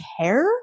care